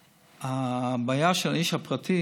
הבעיה של האיש הפרטי